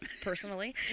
personally